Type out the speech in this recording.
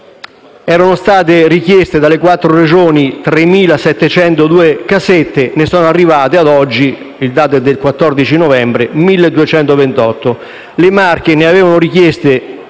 Erano state richieste dalle quattro Regioni colpite 3.702 casette, ma ne sono arrivate ad oggi (il dato è del 14 novembre) solo 1.228. Le Marche ne avevano richieste